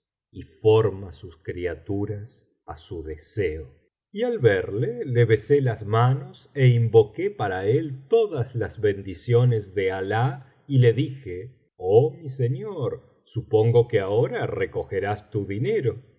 ij forma sus criaturas á su deseo y al verle le besé las manos é invoqué para él tocias las bendiciones de alah y le dije oh mi señor supango que ahora recogerás tu dinero